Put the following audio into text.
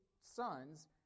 sons